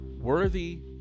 worthy